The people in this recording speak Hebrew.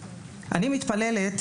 אני מתפללת,